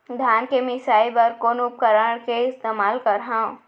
धान के मिसाई बर कोन उपकरण के इस्तेमाल करहव?